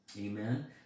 Amen